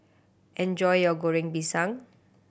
enjoy your Goreng Pisang